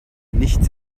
nichts